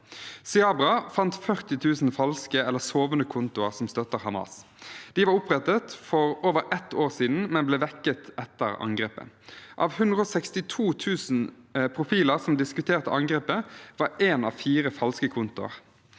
Cyabra fant 40 000 falske eller sovende kontoer som støtter Hamas. De var opprettet for over ett år siden, men ble vekket etter angrepet. Av 162 000 profiler som diskuterte angrepet, var en av fire falske kontoer.